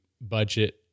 budget